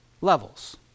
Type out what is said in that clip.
Levels